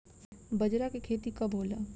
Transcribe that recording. बजरा के खेती कब होला?